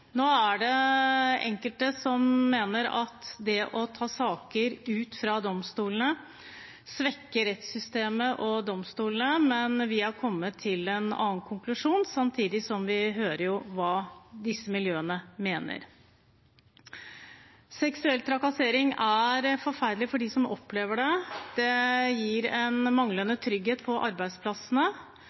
Nå er det enkelte som mener at det å ta saker ut fra domstolene svekker rettssystemet og domstolene, men vi har kommet til en annen konklusjon, samtidig som vi hører hva disse miljøene mener. Seksuell trakassering er forferdelig for dem som opplever det. Det gir manglende trygghet på arbeidsplassene,